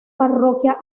parroquia